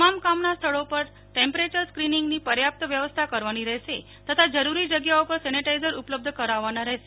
તમામ કામના સ્થળો પર ટેમ્પરેચર સ્ક્રીનીંગની પર્યાપ્ત વ્યવસ્થા કરવાની રહેશે તથા જરૂરી જગ્યાઓ પર સેનેટાઈઝર ઉપલબ્ધ કરાવવાના રહેશે